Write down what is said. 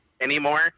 anymore